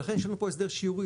ולכן יש לנו פה הסדר שיעורי,